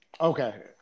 okay